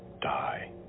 die